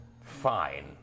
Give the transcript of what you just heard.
Fine